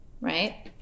Right